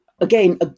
again